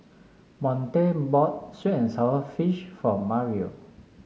Monte bought sweet and sour fish for Mario